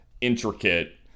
intricate